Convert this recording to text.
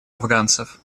афганцев